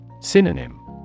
Synonym